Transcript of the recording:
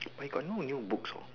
I got no new books hor